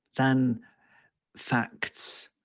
than facts,